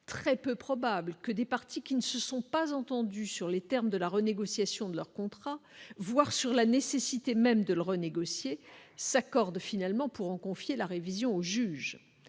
très peu probable que des partis qui ne se sont pas entendus sur les termes de la renégociation de leur contrat, voire sur la nécessité. Et même de le renégocier, s'accorde finalement pour en confier la révision au juge,